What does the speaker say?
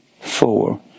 four